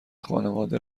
خانواده